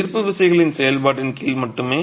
ஈர்ப்பு விசைகளின் செயல்பாட்டின் கீழ் மட்டுமே